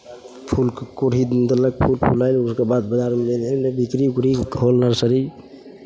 फूलके कोढ़ि देलक फूल फुलायल उसके बाद बाजारमे लय जाइ नर्सरी